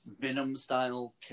Venom-style